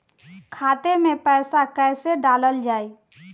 खाते मे पैसा कैसे डालल जाई?